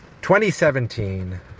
2017